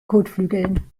kotflügeln